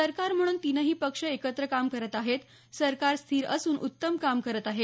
सरकार म्हणून तीनही पक्ष एकत्र काम करत आहेत सरकार स्थिर असून उत्तम काम करत आहे